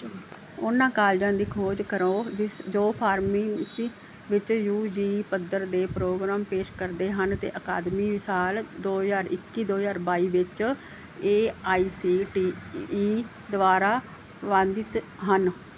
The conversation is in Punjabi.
ਉਹਨਾਂ ਕਾਲਜਾਂ ਦੀ ਖੋਜ ਕਰੋ ਜਿਸ ਜੋ ਫਾਰਮੀਨਸੀ ਵਿੱਚ ਯੂ ਜੀ ਪੱਧਰ ਦੇ ਪ੍ਰੋਗਰਾਮ ਪੇਸ਼ ਕਰਦੇ ਹਨ ਅਤੇ ਅਕਾਦਮੀ ਸਾਲ ਦੋ ਹਜ਼ਾਰ ਇੱਕੀ ਦੋ ਹਜ਼ਾਰ ਬਾਈ ਵਿੱਚ A I C T E ਦੁਆਰਾ ਪ੍ਰਵਾਧਿਤ ਹਨ